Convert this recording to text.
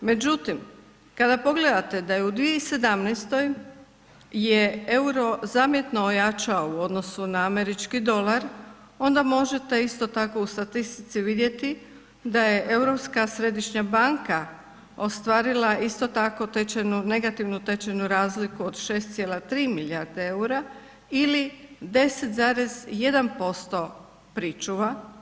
Međutim, kada pogledate da je u 2017. je euro zamjetno ojačao u odnosu na američki dolar onda možete isto tako u statistici vidjeti da je Europska središnja banka ostvarila isto tako tečajnu, negativnu tečajnu razliku od 6,3 milijarde eura ili 10,1% pričuva.